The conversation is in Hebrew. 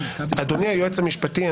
אדוני היועץ המשפטי,